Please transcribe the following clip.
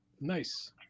Nice